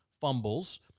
fumbles